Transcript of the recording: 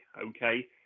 okay